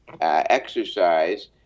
exercise